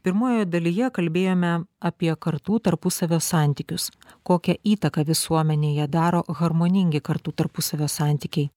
pirmojoje dalyje kalbėjome apie kartų tarpusavio santykius kokią įtaką visuomenėje daro harmoningi kartų tarpusavio santykiai